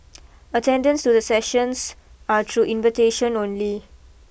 attendance to the sessions are through invitation only